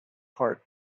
heart